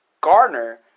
Gardner